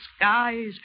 skies